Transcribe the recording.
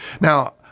Now